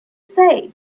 say